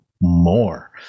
more